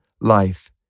life